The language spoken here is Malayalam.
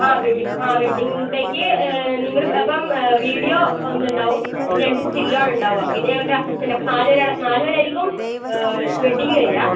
ആ വെഡ്ഡിങ്ങ് ആ വെഡ്ഡിങ്ങ് ഡേയ്ക്ക് നിങ്ങളപ്പം വീഡിയോ ഒന്നുണ്ടാവും പിന്നെ രണ്ട് സ്റ്റിലാണുണ്ടാവുക പിന്നെ ഞങ്ങടെയൊരസിസ്റ്റന്റ് നാല് പേരാണ് നാല് പേരായിരിക്കും വെഡ്ഡിങ്ങ്ന് വരിക